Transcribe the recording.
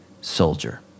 soldier